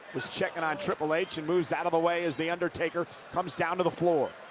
was checking on triple h and moves out of the way as the undertaker comes down to the floor.